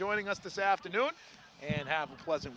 joining us this afternoon and have a pleasant